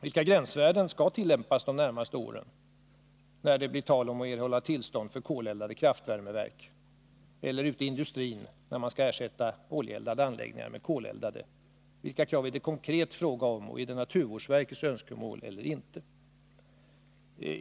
Vilka gränsvärden skall tillämpas de närmaste åren, när det blir tal om att erhålla tillstånd för koleldade kraftvärmeverk eller när man i industrin skall ersätta oljeeldade anläggningar med koleldade? Vilka krav är det konkret fråga om och är det naturvårdsverkets önskemål eller inte?